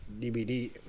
DVD